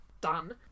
done